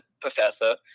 professor